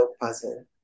puzzle